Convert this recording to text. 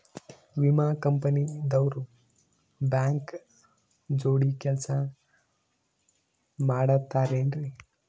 ವಿಮಾ ಕಂಪನಿ ದವ್ರು ಬ್ಯಾಂಕ ಜೋಡಿ ಕೆಲ್ಸ ಮಾಡತಾರೆನ್ರಿ?